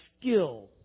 skill